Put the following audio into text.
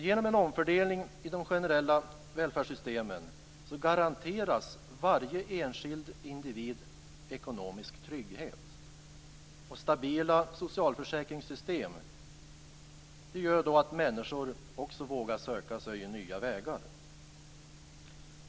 Genom omfördelningen i de generella välfärdssystemen garanteras varje enskild individ ekonomisk trygghet. Stabila socialförsäkringssystem gör då också att människor vågar sig söka nya vägar.